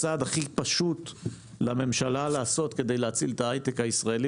הצעד הכי פשוט לממשלה לעשות כדי להציל את ההייטק הישראלי